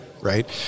right